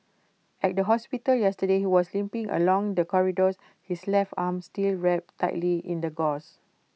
at the hospital yesterday he was limping along the corridors his left arm still wrapped tightly in the gauze